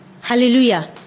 Hallelujah